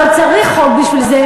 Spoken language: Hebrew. אבל צריך חוק בשביל זה,